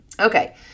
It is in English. Okay